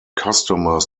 customers